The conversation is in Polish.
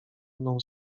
mną